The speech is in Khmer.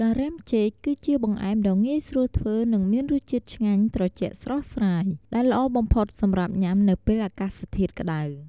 ការ៉េមចេក គឺជាបង្អែមដ៏ងាយស្រួលធ្វើ និងមានរសជាតិឆ្ងាញ់ត្រជាក់ស្រស់ស្រាយ ដែលល្អបំផុតសម្រាប់ញ៉ាំនៅពេលអាកាសធាតុក្ដៅ។